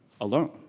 alone